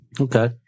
Okay